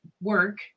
work